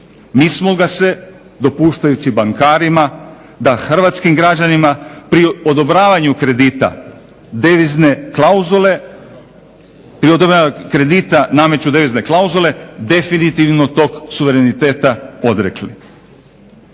Mi smo ga se dopuštajući bankarima da hrvatskim građanima pri odobravanju kredita devizne klauzule ili odobravanja kredita nameću devizne klauzule definitivno tog suvereniteta odrekli.